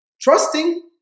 trusting